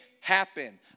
happen